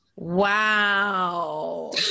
Wow